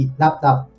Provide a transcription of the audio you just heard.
laptop